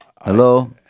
Hello